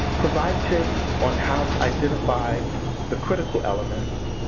provide tips on how to identify the critical elements,